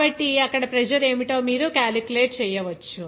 కాబట్టి అక్కడ ప్రెజర్ ఏమిటో మీరు క్యాలిక్యులేట్ చేయవచ్చు